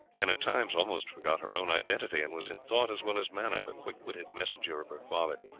and at times almost forgot her own identity, and was in thought as well as manner the quick-witted messenger of her father.